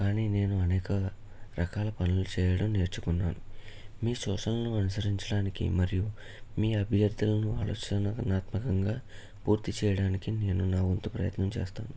కానీ నేను అనేక రకాల పనులు చేయడం నేర్చుకున్నాను మీ సోషల్ను అనుసరించడానికి మరియు మీ అభ్యర్థులను అలోచననాత్మకంగా పూర్తి చేయడానికి నేను నావంతు ప్రయత్నం చేస్తాను